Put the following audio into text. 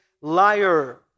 liar